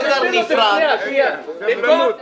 חדר נפרד --- סבלנות,